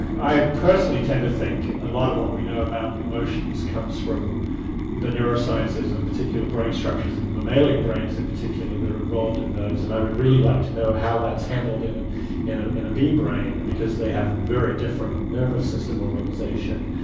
i personally tend to think a lot of what we know about emotions comes from the neurosciences in particular, brain structures, and mammalian brains in particular that are involved in those, and i would really like to know how that's handled in in in ah a bee brain, because they have very different nervous system organisation,